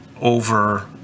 over